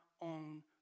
own